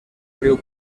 riu